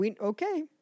Okay